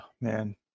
man